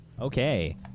Okay